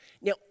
Now